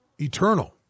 eternal